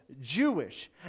Jewish